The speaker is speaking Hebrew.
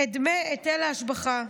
את דמי היטל ההשבחה.